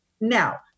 Now